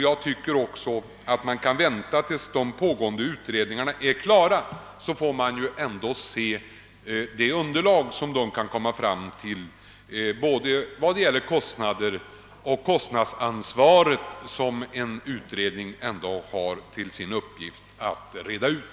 Jag tycker också det är riktigt att göra på detta sätt, ty när utredningarna är klara har vi ju ett underlag att basera vårt ställningstagande på både då det gäller kostnaderna och kostnadsansvaret. Det är ju sådana saker en av utredningarna har till uppgift att reda ut.